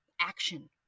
action